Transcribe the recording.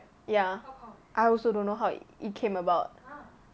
ya I also don't know how it it came about